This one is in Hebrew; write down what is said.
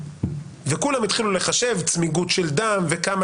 וכולם התחילו לחשב צמיגות של דם וכמה